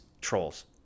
trolls